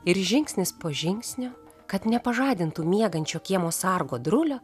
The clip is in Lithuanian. ir žingsnis po žingsnio kad nepažadintų miegančio kiemo sargo drulio